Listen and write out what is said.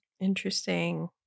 Interesting